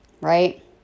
right